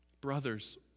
Brothers